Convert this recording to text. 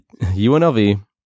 UNLV